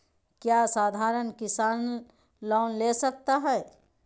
क्या साधरण किसान लोन ले सकता है?